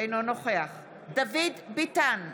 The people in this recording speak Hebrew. אינו נוכח דוד ביטן,